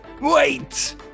wait